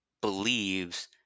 believes